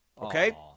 Okay